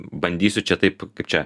bandysiu čia taip čia